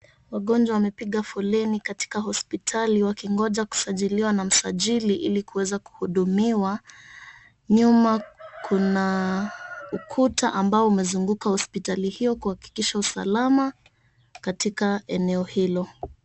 Wagonjwa wamepiga foleni katika hospitali wakingoja kusajiliwa na msajili ili kuweza kuhudumiwa. Nyuma kuna ukuta ambao umezunguka hospitali hio kuhakikisha usalama katika eneo hilo.